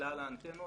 כלל האנטנות.